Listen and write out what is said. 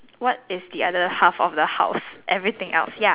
what is the other half of the house everything else ya